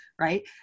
Right